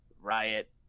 Riot